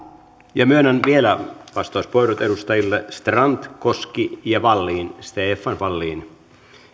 ja myönnän vielä vastauspuheenvuorot edustajille strand koski ja stefan wallin